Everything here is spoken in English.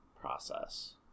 process